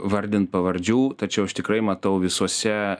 vardint pavardžių tačiau aš tikrai matau visose